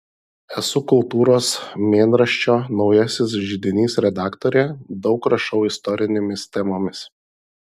esu kultūros mėnraščio naujasis židinys redaktorė daug rašau istorinėmis temomis